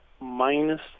minus